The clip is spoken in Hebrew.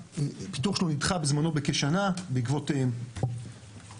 הפיתוח שלו נדחה בזמנו בכשנה בעקבות מאבקים